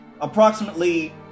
approximately